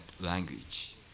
language